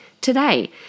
today